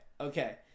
okay